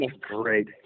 great